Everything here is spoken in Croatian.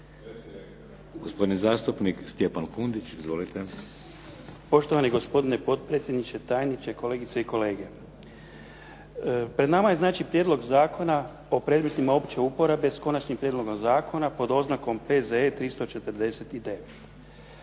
Gospodin zastupnik Stjepan Kundić. Izvolite. **Kundić, Stjepan (HDZ)** Poštovani gospodine potpredsjedniče, tajniče, kolegice i kolege. Pred nama je znači Prijedlog zakona o predmetima opće uporabe s konačnim prijedlogom zakona pod oznakom P.Z.E. 349.